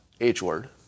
H-word